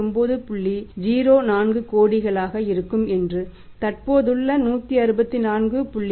04 கோடியாக இருக்கும் என்றும் தற்போதுள்ள 164